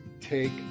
take